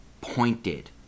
pointed